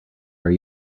are